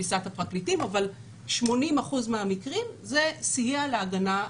לתפיסת הפרקליטים אבל ב-80% מהמקרים זה סייע להגנה.